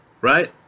right